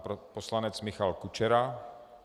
Pan poslanec Michal Kučera.